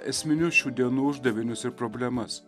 esminius šių dienų uždavinius ir problemas